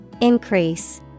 increase